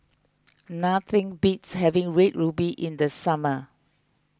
nothing beats having Red Ruby in the summer